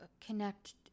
connect